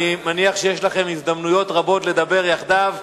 אני מניח שיש לכם הזדמנויות רבות לדבר יחדיו,